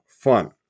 fun